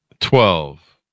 Twelve